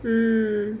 mm